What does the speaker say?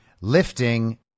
lifting